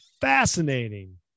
fascinating